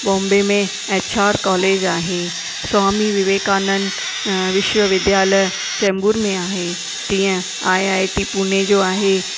बॉम्बे में H R college आहे स्वामी विवेकानंद अ विश्वविद्यालय चेंबूर में आहे तीअं आई आई टी पुणे जो आहे